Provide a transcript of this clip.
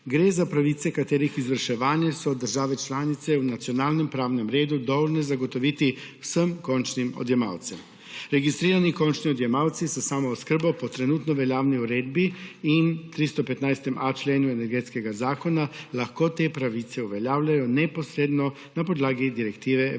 Gre za pravice, katerih izvrševanje so države članice v nacionalnem pravnem redu dolžne zagotoviti vsem končnim odjemalcem. Registrirani končni odjemalci s samooskrbo po trenutno veljavni uredbi in 315.a členu Energetskega zakona lahko te pravice uveljavljajo neposredno na podlagi direktive Evropske